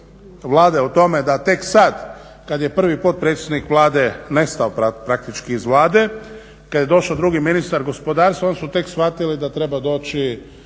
Vlade o tome da tek sad kad je prvi potpredsjednik Vlade nestao praktički iz Vlade kad je došao drugi ministar gospodarstva onda smo tek shvatili da treba doći